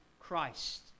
Christ